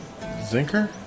Zinker